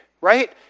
right